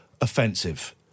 offensive